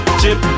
chip